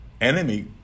enemy